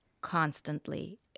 constantly